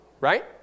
right